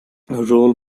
role